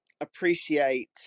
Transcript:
appreciate